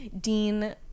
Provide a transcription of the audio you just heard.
Dean